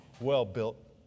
well-built